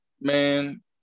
man